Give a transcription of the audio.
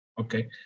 okay